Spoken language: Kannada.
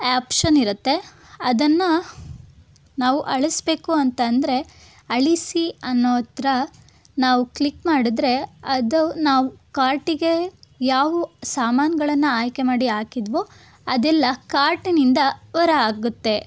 ಆ್ಯಪ್ಷನ್ ಇರುತ್ತೆ ಅದನ್ನು ನಾವು ಅಳಿಸ್ಬೇಕು ಅಂತ ಅಂದರೆ ಅಳಿಸಿ ಅನ್ನೋ ಹತ್ರ ನಾವು ಕ್ಲಿಕ್ ಮಾಡಿದರೆ ಅದು ನಾವು ಕಾರ್ಟಿಗೆ ಯಾವ ಸಾಮಾನುಗಳನ್ನ ಆಯ್ಕೆ ಮಾಡಿ ಹಾಕಿದ್ವೋ ಅದೆಲ್ಲ ಕಾರ್ಟ್ನಿಂದ ಹೊರ ಆಗುತ್ತೆ